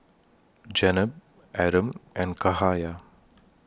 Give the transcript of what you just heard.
Jenab Adam and Cahaya